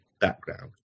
background